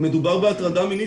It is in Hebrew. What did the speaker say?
אם מדובר בהטרדה מינית,